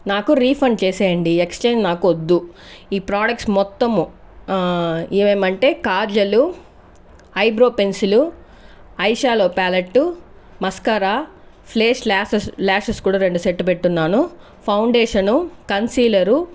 నాకు రిఫండ్ చేసేయండి ఎక్స్చేంజ్ నాకొద్దు ఈ ప్రొడక్ట్స్ మొత్తము ఏమేమంటే కాజలు eyebrow pencil eye shadow palette mascara face lashes lashes కూడా రెండు సెట్లు పెట్టి ఉన్నాను ఫౌండేషన్ కన్సీలరు